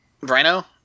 Rhino